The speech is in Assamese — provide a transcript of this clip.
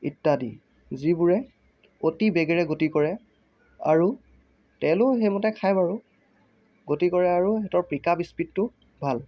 ইত্য়াদি যিবোৰে অতি বেগেৰে গতি কৰে আৰু তেলো সেইমতে খায় বাৰু গতি কৰে আৰু সিহঁতৰ পিক আপ স্পীডটো ভাল